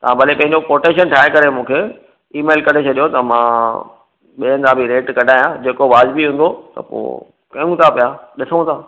तव्हां भले पंहिंजो कोटेशन ठाहे करे मूंखे ईमेल करे छॾियो त मां ॿियनि हंदा बि रेट कढाया जेको वाजिबी हूंदो त पोइ कयूं था पिया ॾिसूं था